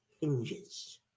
hinges